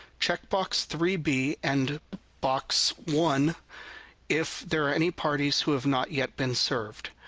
check box three b and box one if there are any parties who have not yet been served.